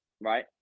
right